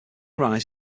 rise